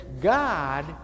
God